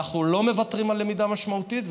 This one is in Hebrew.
אנחנו לא מוותרים על למידה משמעותית.